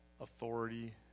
authority